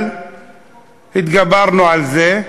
אבל התגברנו על זה,